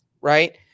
Right